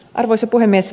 arvoisa puhemies